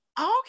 Okay